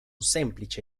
semplice